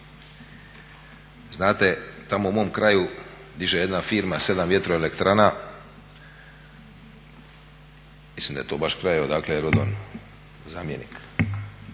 Znate, tamo u mom kraju diže jedna firma 7 vjetro elektrana, mislim da je to baš kraj odakle je …/Govornik